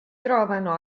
trovano